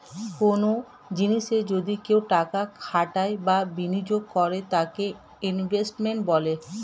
কনো জিনিসে যদি কেউ টাকা খাটায় বা বিনিয়োগ করে তাকে ইনভেস্টমেন্ট বলে